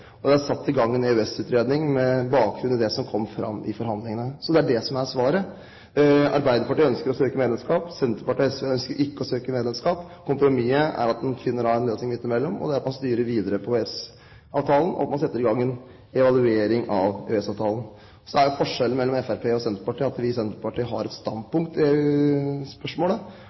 Og det er satt i gang i en EØS-utredning med bakgrunn i det som kom fram i forhandlingene. Så det er det som er svaret. Arbeiderpartiet ønsker å søke medlemskap, Senterpartiet og SV ønsker ikke å søke medlemskap. Kompromisset er at man finner en løsning midt imellom, og det er at man styrer videre på EØS-avtalen, og at man setter i gang en evaluering av EØS-avtalen. Så er jo forskjellen mellom Fremskrittspartiet og Senterpartiet at vi i Senterpartiet har et standpunkt i spørsmålet,